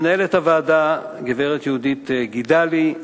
למנהלת הוועדה, גברת יהודית גידלי,